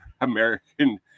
American